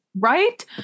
right